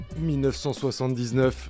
1979